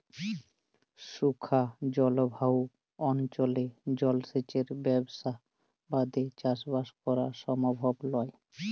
শুখা জলভায়ু অনচলে জলসেঁচের ব্যবসথা বাদে চাসবাস করা সমভব লয়